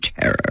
terror